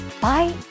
Bye